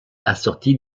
assortie